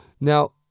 now